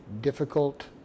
difficult